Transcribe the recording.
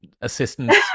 assistance